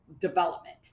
development